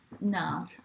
no